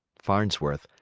farnsworth,